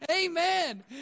Amen